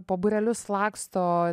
po būrelius laksto